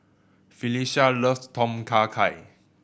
Phylicia loves Tom Kha Gai